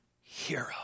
hero